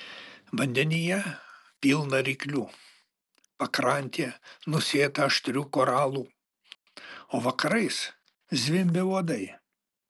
vandenyje pilna ryklių pakrantė nusėta aštrių koralų o vakarais zvimbia uodai